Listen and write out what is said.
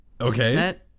Okay